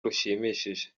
rushimishije